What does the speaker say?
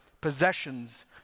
possessions